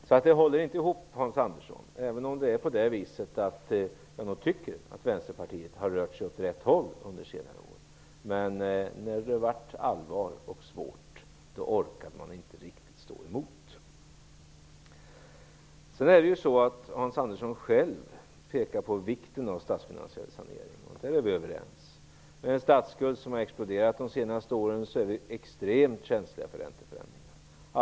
Det håller alltså inte ihop, Hans Andersson, även om jag ändå tycker att Vänsterpartiet har rört sig åt rätt håll under senare år. Men när det blev allvar, orkade man inte riktigt stå emot. Vidare pekar Hans Andersson själv på vikten av statsfinansiell sanering, och på den punkten är vi överens. Med en statsskuld som under de senaste åren har exploderat är vi extremt känsliga för ränteförändringar.